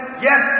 Yes